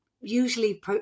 usually